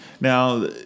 Now